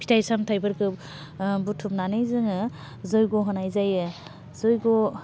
फिथाइ सामथाइफोरखौ बुथुमनानै जोङो जयग' होनाय जायो जयग'